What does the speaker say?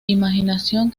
imaginación